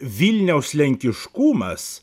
vilniaus lenkiškumas